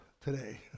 today